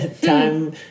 time